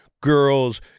girls